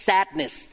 Sadness